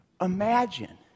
Imagine